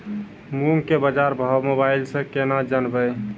मूंग के बाजार भाव मोबाइल से के ना जान ब?